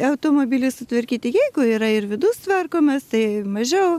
automobilių sutvarkyti jeigu yra ir vidus tvarkomas tai mažiau